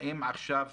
האם עכשיו